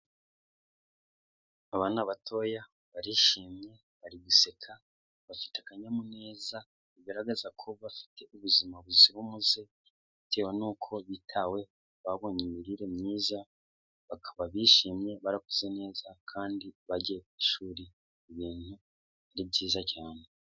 Abana batoya, barishimye, bari guseka, bafite akanyamuneza, bigaragaza ko bafite ubuzima buzira umuze, bitewe n'uko bitaweho, babonye imirire myiza, bakaba bishimye, barakuze neza, kandi bagiye ku ishuri, ibintu ni byiza cyane.